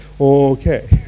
Okay